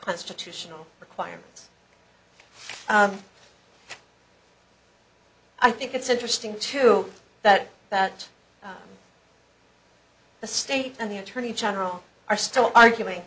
constitutional requirements i think it's interesting too that that the state and the attorney general are still arguing